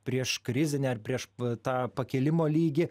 prieškrizinę ar prieš tą pakilimo lygį